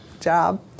job